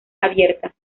abierta